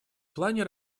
плане